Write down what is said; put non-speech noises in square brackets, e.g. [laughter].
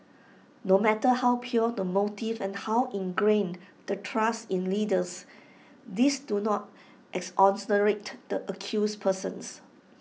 no matter how pure the motives and how ingrained the trust in leaders these do not [unintelligible] the accused persons